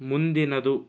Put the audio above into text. ಮುಂದಿನದು